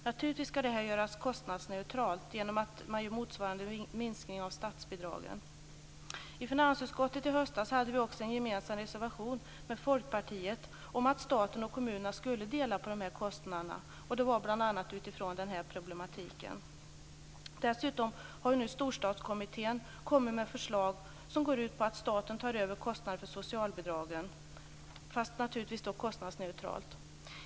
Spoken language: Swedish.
Naturligtvis skall detta göras kostnadsneutralt genom att man gör motsvarande minskning av statsbidragen. I finansutskottet hade vi i höstas en gemensam reservation med Folkpartiet om att staten och kommunerna skulle dela på de här kostnaderna. Det var bl.a. utifrån den här problematiken. Dessutom har nu Storstadskommittén kommit med förslag som går ut på att staten tar över kostnaden för socialbidragen, naturligtvis kostnadsneutralt.